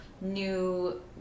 new